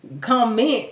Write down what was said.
comment